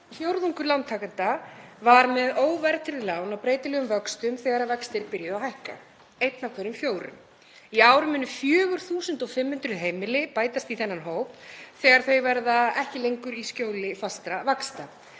fjórðungur lántakenda var með óverðtryggð lán á breytilegum vöxtum þegar vextir byrjuðu að hækka. Einn af hverjum fjórum. Í ár munu 4.500 heimili bætast í þennan hóp þegar þau verða ekki lengur í skjóli fastra vaxta.